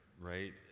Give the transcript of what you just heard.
right